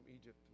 Egypt